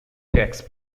takes